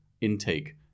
intake